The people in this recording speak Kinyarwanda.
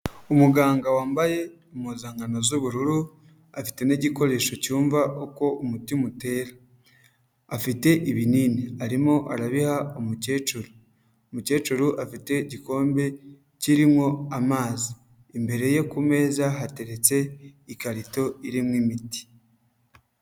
Umuganga wambaye impuzankano z'ubururu, afite n'igikoresho cyumva uko umutima utera, afite ibinini arimo arabiha umukecuru, umukecuru afite igikombe kirimo amazi, imbere ye ku meza hateretse ikarito irimo imiti.